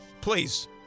Please